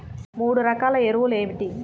మూడు రకాల ఎరువులు ఏమిటి?